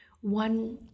one